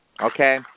okay